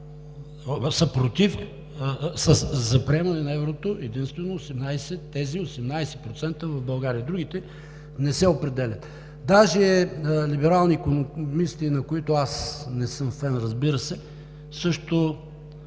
а 18% са за приемане на еврото – единствено тези 18% в България. Другите не се определят. Даже либерални икономисти, на които аз не съм фен, разбира се, също